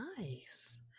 Nice